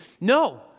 No